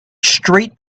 street